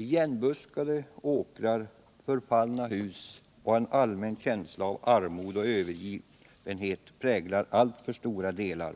Igenbuskade åkrar, förfallna hus och en allmän känsla av armod och övergivenhet präglar alltför stora delar